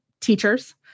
teachers